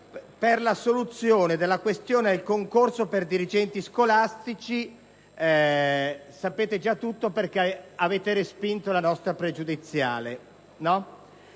per la soluzione della questione del concorso per dirigenti scolastici - sapete già tutto perché avete respinto la nostra questione